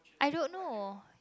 I don't know